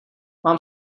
mám